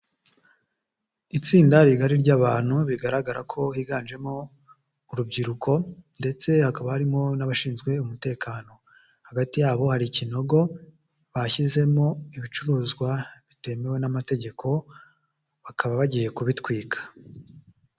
Itsinda rigari ry'abantu bigaragara ko higanjemo urubyiruko ndetse hakaba harimo n'abashinzwe umutekano, hagati yabo hari ikinogo bashyizemo ibicuruzwa bitemewe n'amategeko bakaba bagiye kubitwika.